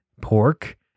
pork